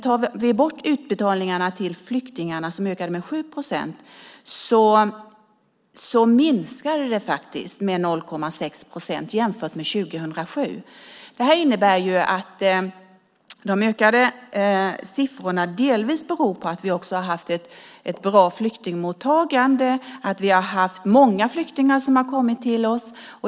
Tar vi bort utbetalningarna till flyktingarna, som ökade med 7 procent, minskade det med 0,6 procent jämfört med 2007. Detta innebär att de ökade siffrorna delvis beror på att vi har haft ett bra flyktingmottagande och att vi har haft många flyktingar som kommit till oss.